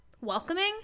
welcoming